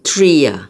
tree ah